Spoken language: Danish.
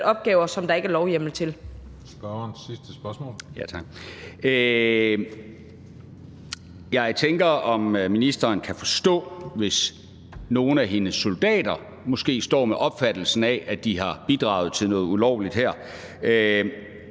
spørgsmål. Kl. 16:09 Niels Flemming Hansen (KF): Tak. Jeg tænker, om ministeren kan forstå, hvis nogle af hendes soldater måske står med opfattelsen af, at de har bidraget til noget ulovligt her.